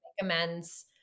amends